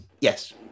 yes